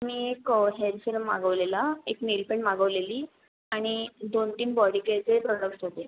मी एक hair serum मागवलेला एक नेलपेंट मागवलेली आणि दोन तीन बॉडी केअरचे प्रोडक्ट्स होते